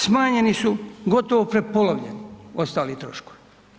Smanjeni su, gotovo prepolovljeni ostali troškovi.